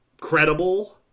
Credible